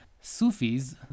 Sufis